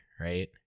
right